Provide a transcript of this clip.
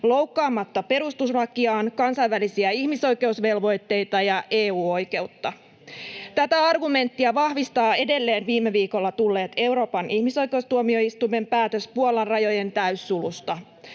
loukkaamatta perustuslakiaan, kansainvälisiä ihmisoikeusvelvoitteita ja EU-oikeutta. Tätä argumenttia vahvistaa edelleen viime viikolla tullut Euroopan ihmisoikeustuomioistuimen päätös Puolan rajojen täyssulusta.